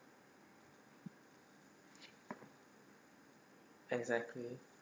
exactly